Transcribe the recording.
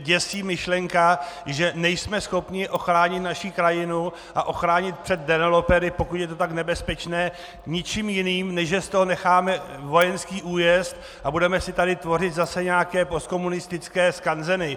Děsí mě myšlenka, že nejsme schopni ochránit naši krajinu a ochránit před developery, pokud je to tak nebezpečné, ničím jiným, než že z toho necháme vojenský újezd a budeme si tady zase tvořit nějaké postkomunistické skanzeny.